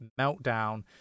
meltdown